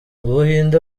buhinde